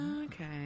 okay